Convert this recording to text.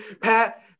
Pat